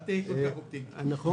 אל תהיה כל כך אופטימי נכון.